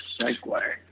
segue